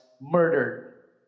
murdered